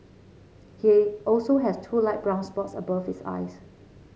he also has two light brown spots above his eyes